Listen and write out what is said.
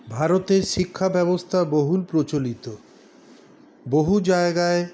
ভারতের শিক্ষাব্যবস্থা বহুল প্রচলিত বহু জায়গায়